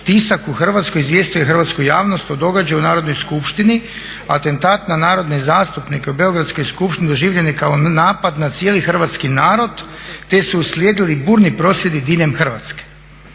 tisak u Hrvatskoj izvijestio je hrvatsku javnost o događaju u narodnoj skupštini. Atentat na narodne zastupnike u beogradskoj skupštini doživljen je kao napad na cijeli hrvatski narod, te su uslijedili burni prosvjedi diljem Hrvatske.